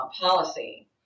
policy